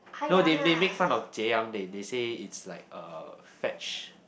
no they they make fun of Jieyang they they say it's like a fetch